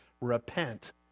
repent